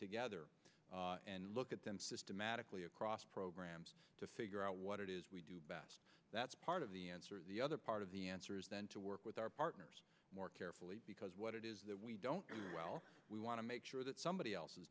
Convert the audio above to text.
together and look at them systematically across programs to figure out what it is we do best that's part of the answer the other part of the answer is then to work with our partners more carefully because what it is that we don't well we want to make sure that somebody else